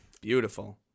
Beautiful